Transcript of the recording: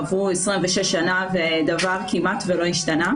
באמת עברו 26 שנה ודבר כמעט ולא השתנה.